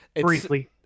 briefly